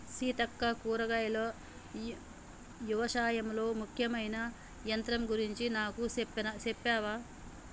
సీతక్క కూరగాయలు యవశాయంలో ముఖ్యమైన యంత్రం గురించి నాకు సెప్పవా